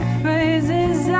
phrases